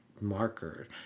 marker